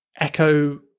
echo